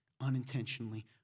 unintentionally